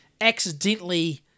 accidentally